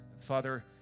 Father